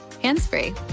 hands-free